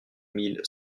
mille